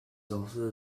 also